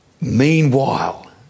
Meanwhile